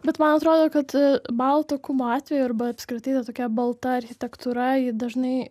bet man atrodo kad balto kubo atveju arba apskritai ta tokia balta architektūra ji dažnai